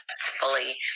fully